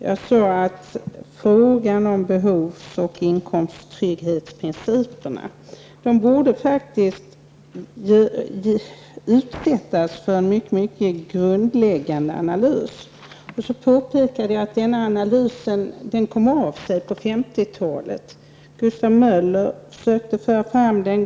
Jag sade att frågan om behovs och inkomsttrygghetsprinciperna faktiskt borde utsättas för en mycket grundläggande analys. Jag påpekade att den analysen kom av sig på 50 talet. Gustav Möller försökte föra fram den.